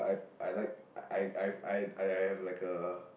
I like I I I I have like a